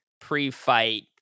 pre-fight